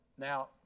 Now